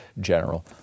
general